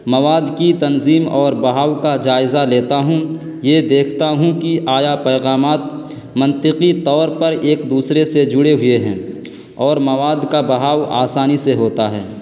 مواد کی تنظیم اور بہاؤ کا جائزہ لیتا ہوں یہ دیکھتا ہوں کہ آیا پیغامات منطقی طور پر ایک دوسرے سے جڑے ہوئے ہیں اور مواد کا بہاؤ آسانی سے ہوتا ہے